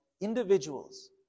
individuals